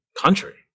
country